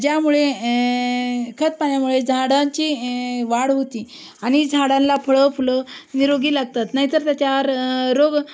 ज्यामुळे खत पाण्यामुळे झाडांची वाढ होती आणि झाडांना फळं फुलं निरोगी लागतात नाहीतर त्याच्यावर रोग पडतो